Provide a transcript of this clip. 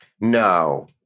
No